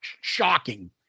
shocking